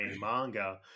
manga